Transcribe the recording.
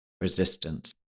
resistance